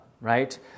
right